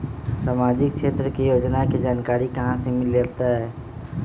सामाजिक क्षेत्र के योजना के जानकारी कहाँ से मिलतै?